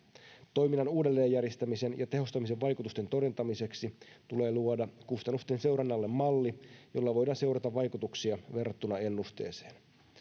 toiminnan uudelleenjärjestämisen ja tehostamisen vaikutusten todentamiseksi tulee luoda kustannusten seurannalle malli jolla voidaan seurata vaikutuksia verrattuna ennusteeseen